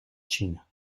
china